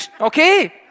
Okay